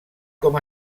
com